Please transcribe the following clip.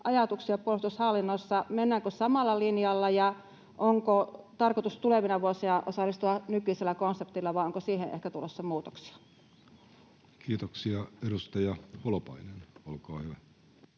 ajatuksia puolustushallinnossa? Mennäänkö samalla linjalla, ja onko tarkoitus tulevina vuosina osallistua nykyisellä konseptilla, vai onko siihen ehkä tulossa muutoksia? Kiitoksia. — Edustaja Holopainen, olkaa hyvä.